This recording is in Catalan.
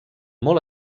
molt